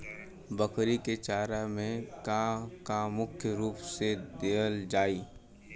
बकरी क चारा में का का मुख्य रूप से देहल जाई?